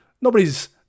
Nobody's